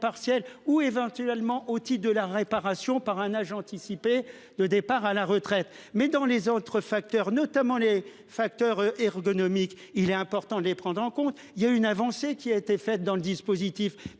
partiel ou éventuellement aussi de la réparation par un agent anticipé de départ à la retraite mais dans les autres facteurs, notamment les facteurs ergonomique. Il est important de les prendre en compte, il y a une avancée qui a été fait dans le dispositif